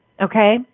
okay